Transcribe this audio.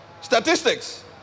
Statistics